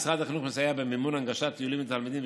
משרד החינוך מסייע במימון הנגשת טיולים לתלמידים.